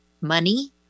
money